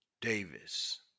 Davis